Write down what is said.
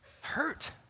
hurt